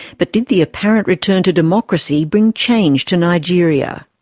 but did the apparent return to democracy bring change to nigeria?